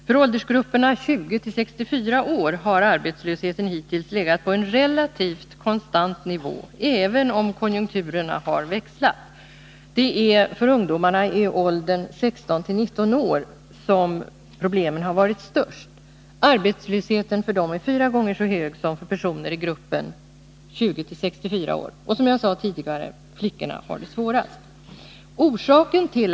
För åldersgrupperna 20-64 år har arbetslösheten hittills legat på en relativt konstant nivå även om konjunkturerna har växlat. Det är för ungdomar i åldern 16-19 år som problemen varit störst. Arbetslösheten för dem är fyra gånger så hög som för personer i gruppen 20-64 år. Och som jag sade tidigare, flickorna har det svårast.